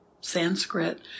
Sanskrit